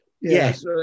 yes